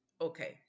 Okay